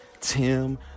Tim